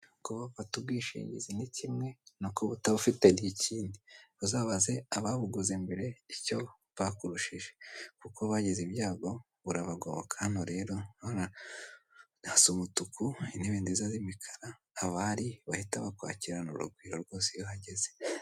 Kuba ufite ubwishingizi n'ikimwe, no kuba utabufite n'ikindi, uzabaze ababuguze mbere icyo bakurishije kuko bagize ibyago burabagoboka, hano rero urabona hasa umutuku, hari intebe nziza z'imikara, abahari bahita bakwakirana urugero rwose iyo uhageze.